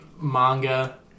manga